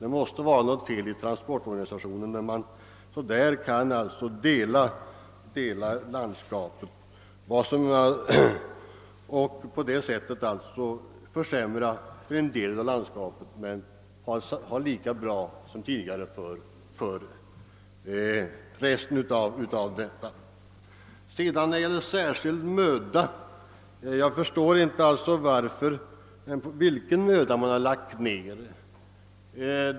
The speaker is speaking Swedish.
Det måste vara något fel i transportorganisationen när man på detta sätt kan dela landskapet så att den ena delen får en försämring medan den andra har det lika bra som tidigare. Jag förstår inte vilken »särskild möda» man har lagt ned.